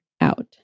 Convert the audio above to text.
out